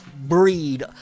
breed